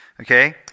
Okay